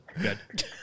Good